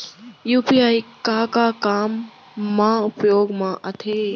UPI का का काम मा उपयोग मा आथे?